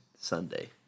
Sunday